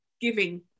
giving